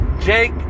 Jake